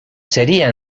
seria